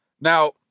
Now